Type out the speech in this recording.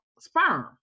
sperm